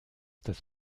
das